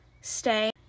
stay